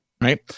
right